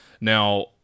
Now